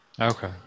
okay